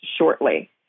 shortly